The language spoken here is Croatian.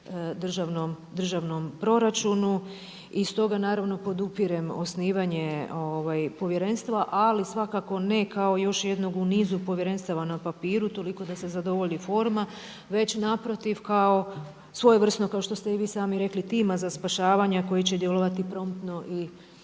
državnom proračunu. I stoga naravno podupirem osnivanje povjerenstva, ali svakako ne kao još jednog u nizu povjerenstava na papiru toliko da se zadovolji forma, već naprotiv kao svojevrsno kao što ste i vi sami rekli tima za spašavanje koje će djelovati promptno i